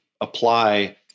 apply